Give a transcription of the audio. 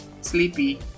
Sleepy